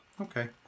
Okay